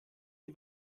die